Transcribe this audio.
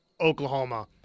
Oklahoma –